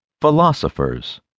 Philosophers